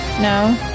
No